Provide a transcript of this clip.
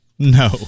No